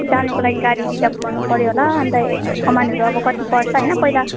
जानुको लागि गाडी रिजर्भ गर्नु पऱ्यो होला अन्त सामानहरू अब कति पर्छ होइन पहिला